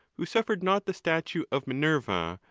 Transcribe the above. who suffered not the statue of minerva,